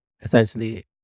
essentially